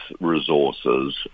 resources